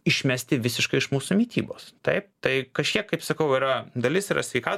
išmesti visiškai iš mūsų mitybos taip tai kažkiek kaip sakau yra dalis yra sveika